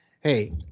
hey